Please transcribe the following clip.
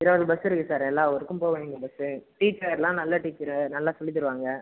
Thiruvarur bus இருக்குது sir எல்லா ஊருக்கும் போகும் எங்கள் பஸ்ஸு டீச்சரெலாம் நல்ல டீச்சரு நல்லா சொல்லித் தருவாங்க